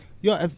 Yo